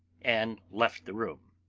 and left the room.